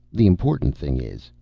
the important thing is,